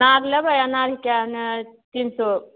अनार लेबै अनार हिके तीन सए